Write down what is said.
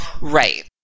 right